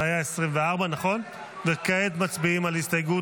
זו הייתה הסתייגות 24. כעת מצביעים על הסתייגות